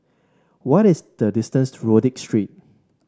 what is the distance to Rodyk Street